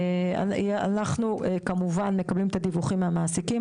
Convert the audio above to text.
אנחנו כמובן מקבלים את הדיווחים מהמעסיקים,